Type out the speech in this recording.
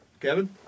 Kevin